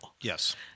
Yes